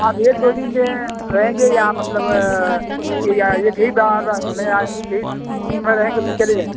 आप एक दो दिन जो रहेंगे या मतलब कि या एक ही बार में या एक ही रहेंगे फिर चले जाएँगे